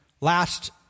last